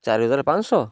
ଚାରି ହଜାର ପାଞ୍ଚଶହ